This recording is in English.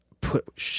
put